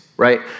Right